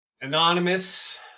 Anonymous